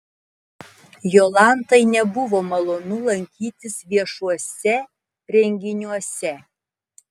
jolantai nebuvo malonu lankytis viešuose renginiuose